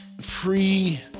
free